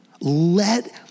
Let